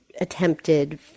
attempted